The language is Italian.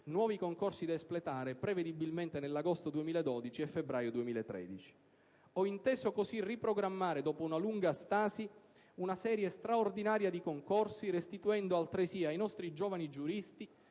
nuovi concorsi, da espletare, prevedibilmente, nell'agosto 2012 e nel febbraio 2013. Ho inteso così riprogrammare, dopo una lunga stasi, una serie di concorsi straordinari, restituendo altresì ai nostri giovani giuristi